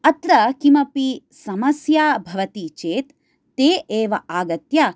अत्र किमपि समस्या भवति चेत् ते एव आगत्य